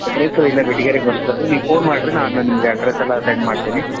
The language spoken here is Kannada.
ಅಡ್ರೆಸ್ಸು ಇಲ್ಲೆ ಬೇಟಿಗೆರೆಗೆ ಬರ್ತದೆ ನೀವು ಫೋನ್ ಮಾಡಿರಿ ನಾನು ನಿಮಗೆ ಅಡ್ರೆಸ್ ಎಲ್ಲ ಸೆಂಡ್ ಮಾಡ್ತೀನಿ